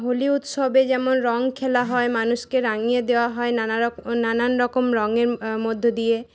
হোলি উৎসবে যেমন রঙ খেলা হয় মানুষকে রাঙিয়ে দেওয়া হয় নানা নানান রকম রঙের মধ্য দিয়ে